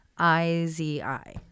I-Z-I